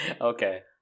Okay